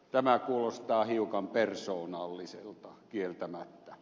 tämä kuulostaa hiukan persoonalliselta kieltämättä